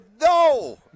no